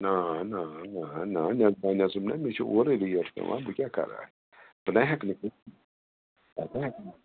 نا نا نا نا نٮ۪صبا نٮ۪صب نا مےٚ چھِ اورٕے ریٹ پٮ۪وان بہٕ کیٛاہ کَرٕ اَتھ بہٕ نا ہٮ۪کہٕ نہٕ کٔرتھٕے اتھ نا ہٮ۪کہٕ